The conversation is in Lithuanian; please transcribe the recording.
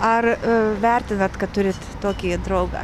ar vertinat kad turit tokį draugą